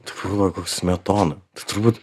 tai palauk koks smetona turbūt